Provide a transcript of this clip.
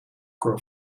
grow